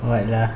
what lah